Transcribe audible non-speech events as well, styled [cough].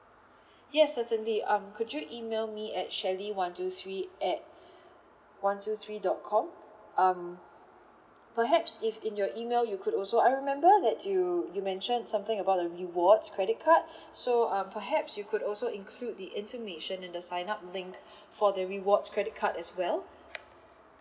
yes certainly um could you email me at shirley one two three at [breath] one two three dot com um perhaps if in your email you could also I remember that you you mentioned something about the rewards credit card [breath] so um perhaps you could also include the information and the sign up link [breath] for the rewards credit card as well